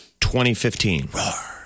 2015